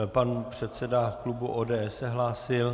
Pan předseda klubu ODS se hlásil.